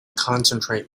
concentrate